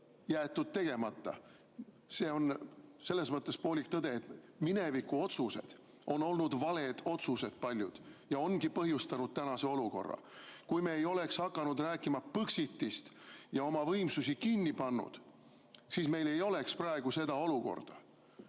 jäetud tegemata. Aga see on selles mõttes poolik tõde. Paljud minevikuotsused on olnud valed otsused ja ongi põhjustanud tänase olukorra. Kui me ei oleks hakanud rääkima Põxitist ja oma võimsusi kinni pannud, siis meil ei oleks praegu seda olukorda.